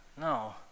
No